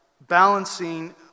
balancing